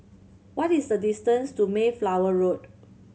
what is the distance to Mayflower Road